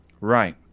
Right